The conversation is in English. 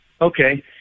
Okay